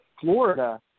Florida